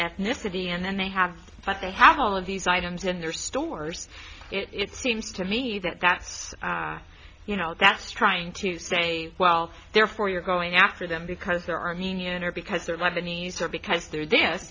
ethnicity and they have but they have all of these items in their stores it seems to me that that's you know that's trying to say well therefore you're going after them because they're arming in or because they're lebanese or because they're